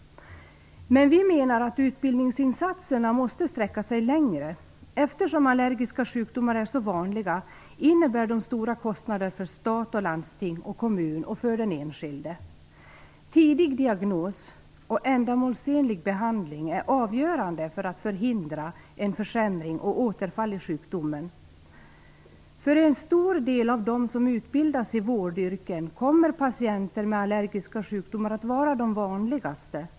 Men vi menar att utbildningsinsatserna måste sträcka sig längre. Eftersom allergiska sjukdomar är så vanliga innebär de stora kostnader för stat, landsting, kommun och den enskilde. Tidig diagnos och ändamålsenlig behandling är avgörande för att förhindra en försämring och återfall i sjukdomen. För en stor del av de som utbildas i vårdyrken kommer patienter med allergiska sjukdomar att vara de vanligaste.